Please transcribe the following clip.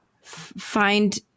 find